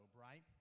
right